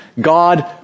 God